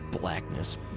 blackness